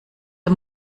der